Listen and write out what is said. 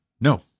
no